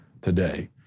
today